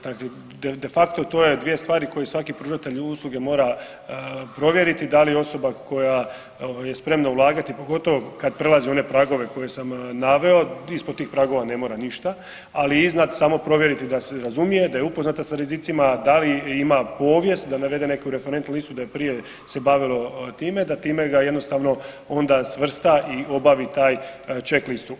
Dakle, de facto to je 2 stvari koji svaki pružatelj mora provjeriti da li je osoba koja je spremna ulagati pogotovo kad prelazi one pragove koje sam naveo ispod tih pragova ne mora ništa, ali iznad samo provjeriti da se razumije, da je upoznata sa rizicima, da li ima povijest da navede neku referent listu da je prije se bavilo time, da time ga jednostavno onda svrsta i obavi taj check listu.